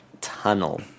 tunnel